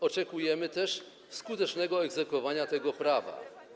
Oczekujemy też skutecznego egzekwowania tego prawa.